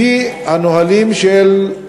לפי הנהלים של,